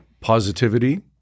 positivity